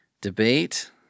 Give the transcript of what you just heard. Debate